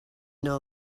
know